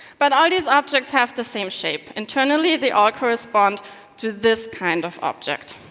but all these objects have the same shape. internally, they all correspond to this kind of object.